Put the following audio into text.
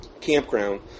campground